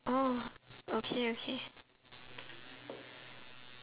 oh okay okay